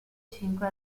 cinque